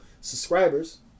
Subscribers